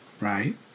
right